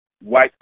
white